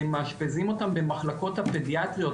מאשפזים אותם במחלקות הפדיאטריות,